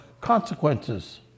consequences